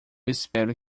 espero